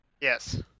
yes